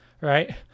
right